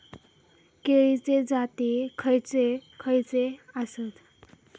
केळीचे जाती खयचे खयचे आसत?